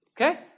okay